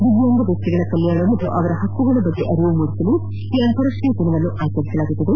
ದಿವ್ಯಾಂಗ ವ್ಯಕ್ತಿಗಳ ಕಲ್ಯಾಣ ಹಾಗೂ ಅವರ ಹಕ್ಕುಗಳ ಬಗ್ಗೆ ಅರಿವು ಮೂಡಿಸಲು ಈ ಅಂತಾರಾಷ್ಟೀಯ ದಿನವನ್ನು ಆಚರಿಸಲಾಗುತ್ತದೆ